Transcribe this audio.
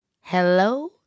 Hello